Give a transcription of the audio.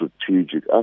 strategic